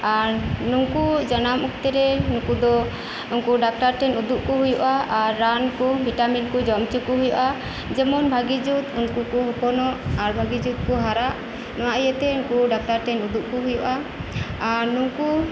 ᱟᱨ ᱩᱱᱠᱩ ᱡᱟᱱᱟᱢ ᱚᱠᱛᱮᱨᱮ ᱱᱩᱠᱩᱫᱚ ᱩᱱᱠᱩ ᱰᱟᱠᱛᱟᱨ ᱴᱷᱮᱱ ᱩᱫᱩᱜ ᱠᱩ ᱦᱩᱭᱩᱜᱼᱟ ᱟᱨ ᱨᱟᱱᱠᱩ ᱵᱷᱤᱴᱟᱢᱤᱱ ᱠᱩ ᱡᱚᱢ ᱩᱪᱩᱠᱩ ᱦᱩᱭᱩᱜᱼᱟ ᱡᱮᱢᱚᱱ ᱵᱷᱟᱹᱜᱤ ᱡᱩᱛ ᱩᱱᱠᱩ ᱠᱩ ᱦᱚᱯᱚᱱᱚᱜ ᱟᱨ ᱵᱷᱟᱹᱜᱤ ᱡᱩᱛ ᱠᱩ ᱦᱟᱨᱟᱜ ᱱᱚᱣᱟ ᱤᱭᱟᱹᱛᱮ ᱩᱱᱠᱩ ᱰᱟᱠᱴᱟᱨ ᱴᱷᱮᱱ ᱩᱫᱩᱜ ᱠᱩ ᱦᱩᱭᱩᱜᱼᱟ ᱟᱨ ᱱᱩᱠᱩ